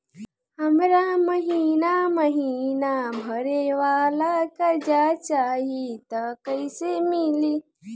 हमरा महिना महीना भरे वाला कर्जा चाही त कईसे मिली?